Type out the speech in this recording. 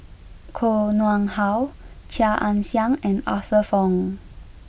Koh Nguang How Chia Ann Siang and Arthur Fong